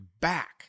back